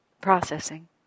processing